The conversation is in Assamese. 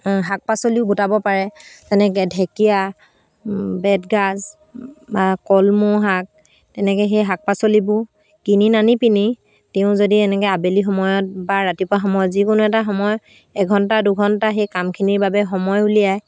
শাক পাচলিও গোটাব পাৰে যেনেকৈ ঢেকীয়া বেতগাজ বা কলমৌ শাক তেনেকৈ সেই শাক পাচলিবোৰ কিনি নানি পিনি তেওঁ যদি এনেকৈ আবেলি সময়ত বা ৰাতিপুৱা সময়ত যিকোনো এটা সময় এঘণ্টা দুঘণ্টা সেই কামখিনিৰ বাবে সময় উলিয়াই